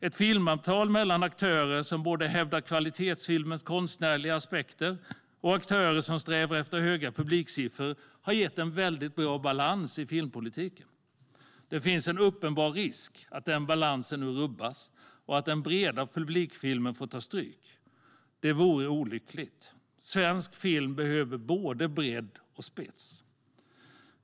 Ett filmavtal mellan både aktörer som hävdar kvalitetsfilmens konstnärliga aspekter och aktörer som strävar efter höga publiksiffror har gett en bra balans i filmpolitiken. Det finns en uppenbar risk att den balansen nu rubbas och att den breda publikfilmen får ta stryk. Det vore olyckligt. Svensk film behöver både bredd och spets.